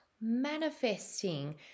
manifesting